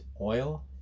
oil